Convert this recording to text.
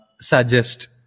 suggest